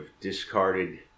discarded